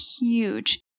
Huge